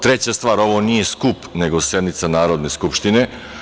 Treća stvar, ovo nije skup, nego sednica Narodne skupštine.